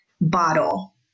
bottle